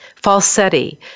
falsetti